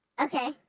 Okay